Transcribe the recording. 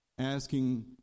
Asking